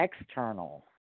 external